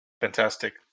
Fantastic